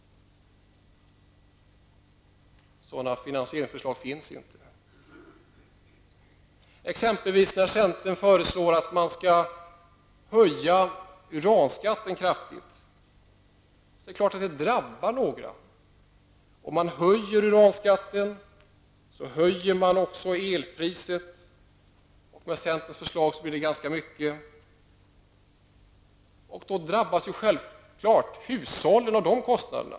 Sådana finansieringsförslag finns inte. När centern t.ex. föreslår att man skall höja uranskatten kraftigt är det klart att det drabbar några. Om man höjer uranskatten höjer man även elpriset. Med centerns förslag blir det ganska mycket. Då drabbas ju självfallet hushållen av dessa kostnader.